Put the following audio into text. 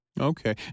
Okay